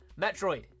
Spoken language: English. metroid